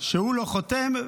שהוא לא חותם,